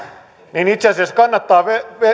niin itse asiassa kannattaa